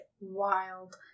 Wild